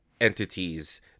entities